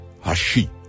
Hashi